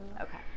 Okay